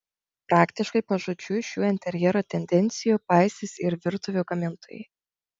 praktiškai pažodžiui šių interjero tendencijų paisys ir virtuvių gamintojai